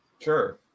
sure